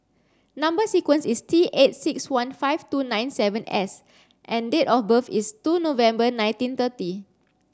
number sequence is T eight six one five two nine seven S and date of birth is two November nineteen thirty